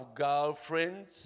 girlfriends